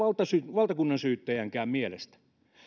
valtakunnansyyttäjänkään mielestä